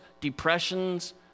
Depressions